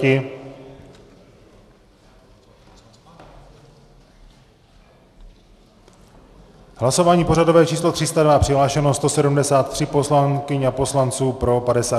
V hlasování pořadové číslo 302 přihlášeno 173 poslankyň a poslanců, pro 52 .